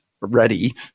ready